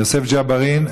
יוסף ג'בארין,